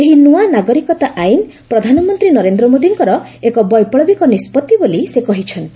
ଏହି ନୂଆ ନାଗରିକତା ଆଇନ ପ୍ରଧାନମନ୍ତ୍ରୀ ନରେନ୍ଦ୍ର ମୋଦିଙ୍କର ଏକ ବୈପ୍ଲବିକ ନିଷ୍ପତ୍ତି ବୋଲି ସେ କହିଛନ୍ତି